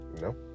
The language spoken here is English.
No